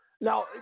Now